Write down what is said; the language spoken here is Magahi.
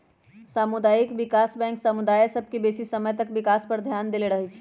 सामुदायिक विकास बैंक समुदाय सभ के बेशी समय तक विकास पर ध्यान देले रहइ छइ